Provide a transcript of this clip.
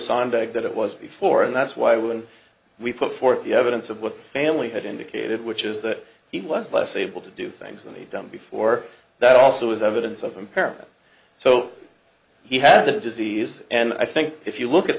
sontag that it was before and that's why when we put forth the evidence of what family had indicated which is that he was less able to do things that he done before that also was evidence of impairment so he had the disease and i think if you look at